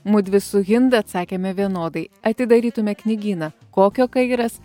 mudvi su hinda atsakėme vienodai atidarytume knygyną kokio kairas